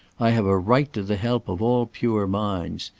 i have a right to the help of all pure minds.